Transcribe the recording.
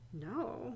No